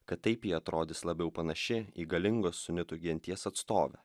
kad taip ji atrodys labiau panaši į galingos sunitų genties atstovę